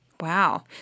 Wow